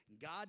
God